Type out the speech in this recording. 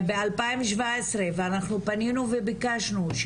ב-2017 ואנחנו פנינו וביקשנו,